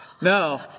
No